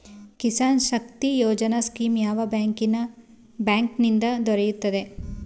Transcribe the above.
Kisan Shakti Yojana scheme ಯಾವ bank ನಿಂದ ದೊರೆಯುತ್ತದೆ?